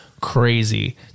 crazy